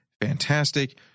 fantastic